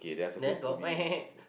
then got